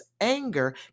anger